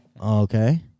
okay